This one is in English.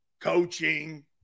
coaching